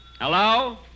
Hello